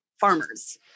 farmers